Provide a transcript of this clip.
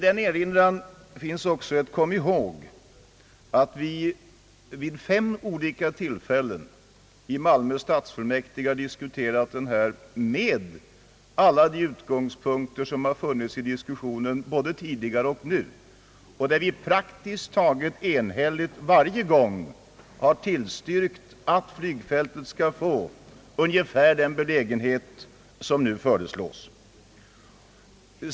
Vi har vid fem olika tillfällen i Malmö stadsfullmäktige diskuterat denna fråga med alla de utgångspunkter som funnits i diskussionen både tidigare och nu, och vi har praktiskt taget enhälligt varje gång tillstyrkt att flygplatsen skall få ungefär den belägenhet som nu föreslås.